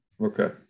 okay